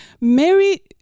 Mary